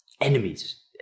enemies